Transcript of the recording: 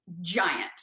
giant